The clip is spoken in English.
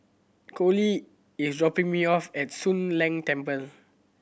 Collie is dropping me off at Soon Leng Temple